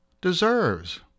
deserves